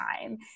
time